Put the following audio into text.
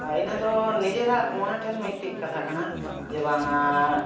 ᱟᱨ ᱤᱱᱟᱹ ᱫᱚ ᱱᱤᱡᱮᱨᱟᱜ ᱢᱚᱱᱮ ᱴᱷᱮᱱ ᱢᱤᱫᱴᱤᱡ ᱠᱟᱛᱷᱟ ᱠᱟᱱᱟ ᱡᱮ ᱵᱟᱝᱟ